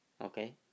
okay